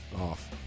off